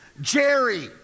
Jerry